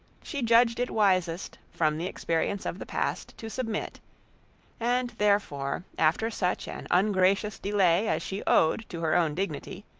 she judged it wisest, from the experience of the past, to submit and therefore, after such an ungracious delay as she owed to her own dignity,